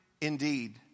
indeed